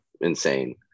insane